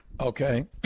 Okay